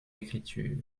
écritures